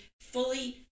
fully